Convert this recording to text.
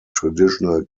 traditional